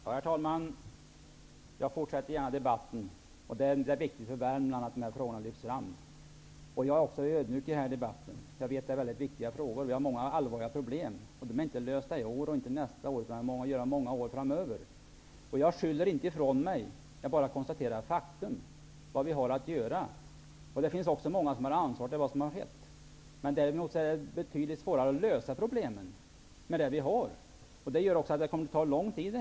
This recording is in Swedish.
Herr talman! Jag fortsätter gärna debatten. Det är viktigt för Värmland att dessa frågor lyfts fram. Jag är också ödmjuk i denna debatt. Jag vet att frågorna är mycket viktiga. Vi har många allvarliga problem, som inte kommer att lösas i år eller nästa år. Vi kommer att ha problem under många år framöver. Jag skyller inte ifrån mig. Jag bara konstaterar fakta och vad vi har att göra. Många har ansvaret för vad som har skett. Men däremot är det mycket svårt att lösa problemen. Det kommer att ta lång tid.